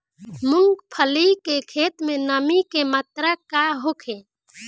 मूँगफली के खेत में नमी के मात्रा का होखे?